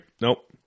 Nope